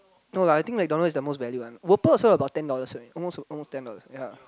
no lah I think McDonald is the most value one whooper also I got ten dollar only almost almost ten dollar yea